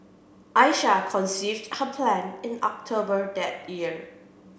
Aisha conceived her plan in October that year